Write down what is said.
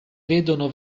vedono